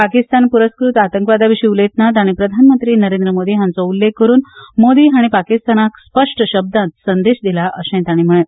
पाकिस्तान पूरस्कृत आतंकवादाविशी उलयतना तांणी प्रधानमंत्री नरेंद्र मोदी हांचो उल्लेख करुन मोदी हांणी पाकिस्तानाक स्पष्ट शब्दांत संदेश दिला अशेंय तांणी म्हळे